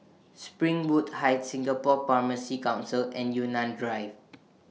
Springwood Heights Singapore Pharmacy Council and Yunnan Drive